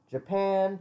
Japan